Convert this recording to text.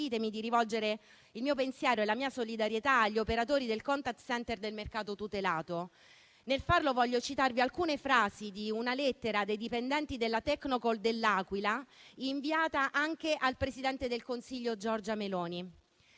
di rivolgere il mio pensiero e la mia solidarietà agli operatori del *contact center* del mercato tutelato. Nel farlo, voglio citarvi alcune frasi di una lettera dei dipendenti della Tecnocall dell'Aquila, inviata anche al presidente del Consiglio Giorgia Meloni: